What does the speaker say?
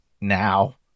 Now